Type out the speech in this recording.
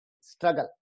Struggle